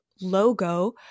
logo